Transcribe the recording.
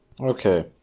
Okay